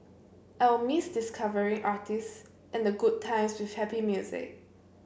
I will miss discovering artists and the good times with happy music